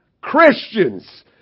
Christians